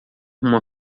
uma